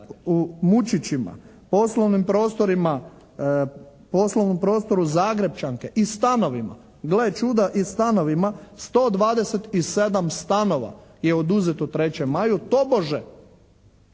u Mučićima, poslovnom prostoru Zagrepčanke i stanovima, gle čuda i stanovima, 127 stanova je oduzeto 3. maju tobože,